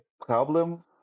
problem